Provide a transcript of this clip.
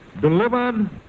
delivered